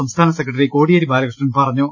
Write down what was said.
സംസ്ഥാന സെക്രട്ടറി കോടിയേരി ബാലകൃഷ്ണൻ പറ ഞ്ഞു